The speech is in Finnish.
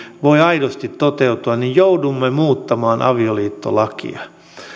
voi aidosti toteutua niin joudumme muuttamaan avioliittolakia